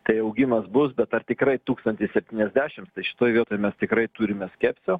tai augimas bus bet ar tikrai tūkstantis septyniasdešimts šitoj vietoj mes tikrai turime skepsio